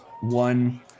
one